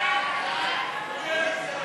ההצעה להעביר את הצעת חוק-יסוד: הכנסת (תיקון,